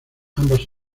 ambas